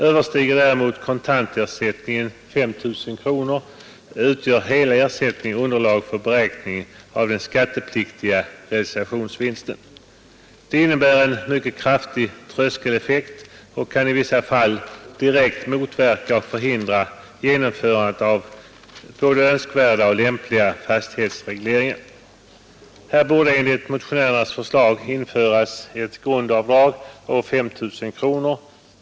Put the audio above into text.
Överstiger däremot kontantersättningen 5 000 kronor utgör hela ersättningen underlag för beräkning av den skattepliktiga realisationsvinsten. Detta innebär en mycket kraftig tröskeleffekt och kan i vissa fall direkt motverka och förhindra genomförandet av önskvärda och lämpliga fastighetsregleringar. Här borde enligt motionärens förslag införas ett grundavdrag på 5 000 kronor.